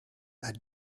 are